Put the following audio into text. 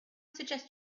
suggest